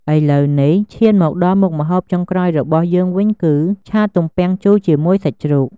ឥឡូវនេះ ឈានមកដល់មុខម្ហូបចុងក្រោយរបស់យើងវិញគឺ ឆាទំពាំងជូរជាមួយសាច់ជ្រូក។